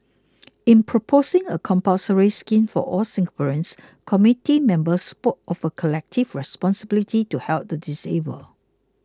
in proposing a compulsory scheme for all Singaporeans committee members spoke of a collective responsibility to help the disabled